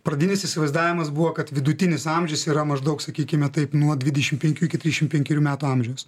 pradinis įsivaizdavimas buvo kad vidutinis amžius yra maždaug sakykime taip nuo dvidešimt penkių iki trisdešimt penkerių metų amžiaus